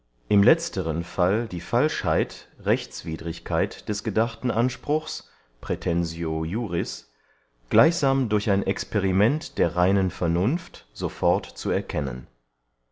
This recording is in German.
im letzteren fall die falschheit rechtswidrigkeit des gedachten anspruchs praetensio iuris gleichsam durch ein experiment der reinen vernunft so fort zu erkennen